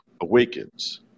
Awakens